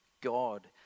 God